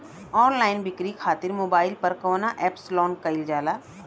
Online बिक्री खातिर mobile पर कवना एप्स लोन कईल जाला?